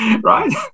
right